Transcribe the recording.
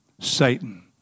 Satan